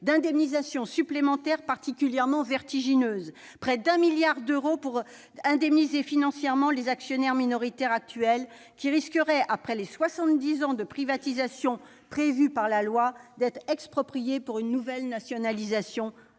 d'indemnisations supplémentaires particulièrement vertigineuses : près d'un milliard d'euros pour indemniser financièrement les actionnaires minoritaires actuels, qui risqueraient, après les soixante-dix ans de privatisation prévus par la loi, d'être expropriés pour une nouvelle nationalisation, alors